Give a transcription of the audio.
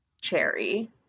Cherry